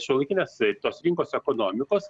šiuolaikinės tos rinkos ekonomikos